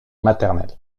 maternelle